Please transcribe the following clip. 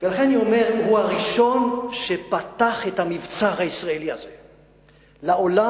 אני אומר שהוא הראשון שפתח את המבצר הישראלי הזה לעולם.